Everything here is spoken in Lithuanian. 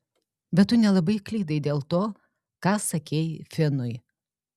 bet tu nelabai klydai dėl to ką sakei finui